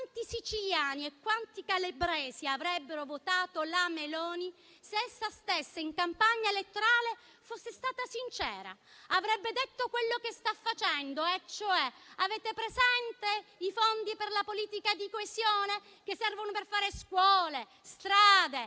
quanti siciliani e quanti calabresi avrebbero votato la Meloni, se in campagna elettorale fosse stata sincera e avesse detto quello che sta facendo, e cioè: avete presente i Fondi per la politica di coesione che servono per fare scuole, strade,